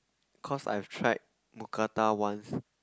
cause I've tried Mookata once